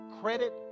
credit